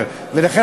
לכן,